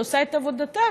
שעושה את עבודתה,